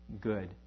good